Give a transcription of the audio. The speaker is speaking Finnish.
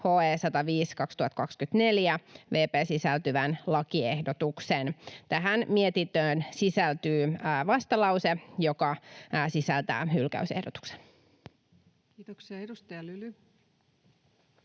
HE 105/2024 vp sisältyvän lakiehdotuksen. Tähän mietintöön sisältyy vastalause, joka sisältää hylkäysehdotuksen. Kiitoksia. — Edustaja Lyly.